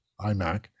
iMac